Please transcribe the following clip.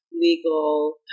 legal